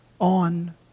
on